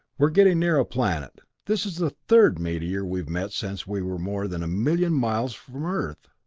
we're getting near a planet. this is the third meteor we've met since we were more than a million miles from earth.